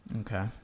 Okay